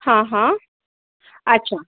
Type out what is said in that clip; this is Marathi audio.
हां हां अच्छा